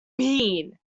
mean